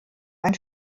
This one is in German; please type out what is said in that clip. ein